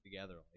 together